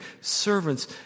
servants